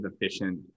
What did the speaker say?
efficient